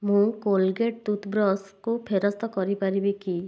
ମୁଁ Colgate tooth ବ୍ରଶ୍କୁ ଫେରସ୍ତ କରିପାରିବି କି